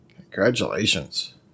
Congratulations